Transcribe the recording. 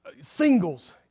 Singles